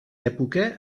època